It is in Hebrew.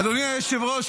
אדוני היושב-ראש,